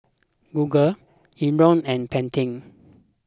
Google Iora and Pentel